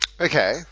Okay